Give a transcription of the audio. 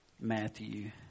Matthew